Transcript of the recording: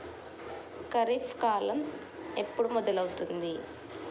ఖరీఫ్ కాలం ఎప్పుడు మొదలవుతుంది?